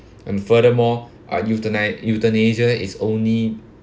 and furthermore uh euthana~ euthanasia is only